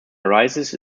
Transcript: arises